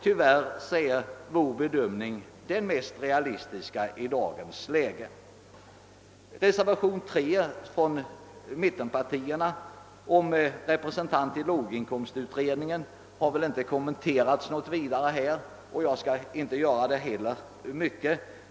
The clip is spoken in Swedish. Tyvärr är nog vår bedömning den mest realistiska i dagens läge. Reservationen 3 från mittenpartierna om parlamentarisk representation i låginkomstutredningen har väl inte kommenterats så mycket under debatten, och jag skall inte heller göra det.